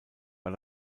war